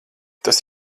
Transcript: tas